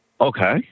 Okay